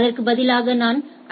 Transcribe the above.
அதற்கு பதிலாக நான் ஐ